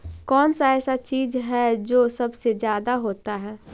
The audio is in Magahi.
कौन सा ऐसा चीज है जो सबसे ज्यादा होता है?